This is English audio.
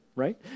right